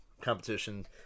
competition